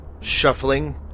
shuffling